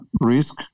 risk